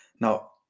Now